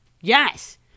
Yes